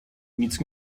nic